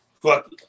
fuck